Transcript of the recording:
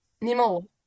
Nemo